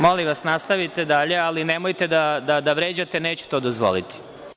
Molim vas nastavite dalje, ali nemojte da vređate, neću to dozvoliti.